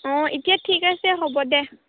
অঁ এতিয়া ঠিক আছে হ'ব দে